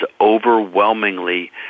overwhelmingly